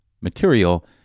material